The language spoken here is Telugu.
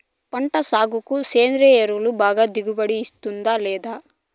పంట సాగుకు సేంద్రియ ఎరువు బాగా దిగుబడి ఇస్తుందా లేదా